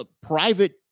private